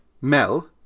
Mel